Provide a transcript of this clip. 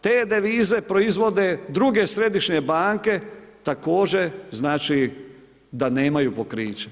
Te devize proizvode druge središnje banke, također znači da nemaju pokriće.